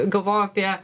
galvoju apie